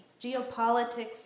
geopolitics